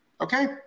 Okay